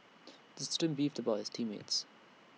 the student beefed about his team mates